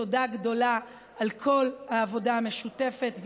תודה גדולה על כל העבודה המשותפת,